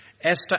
Esther